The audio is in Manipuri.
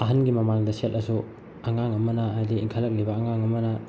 ꯑꯍꯟꯒꯤ ꯃꯃꯥꯡꯗ ꯁꯦꯠꯂꯁꯨ ꯑꯉꯥꯡ ꯑꯃꯅ ꯍꯥꯏꯗꯤ ꯏꯟꯈꯠꯂꯛꯂꯤꯕ ꯑꯉꯥꯡ ꯑꯃꯅ